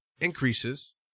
increases